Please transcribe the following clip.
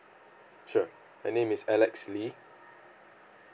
sure my name is alex lee